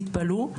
תתפלאו,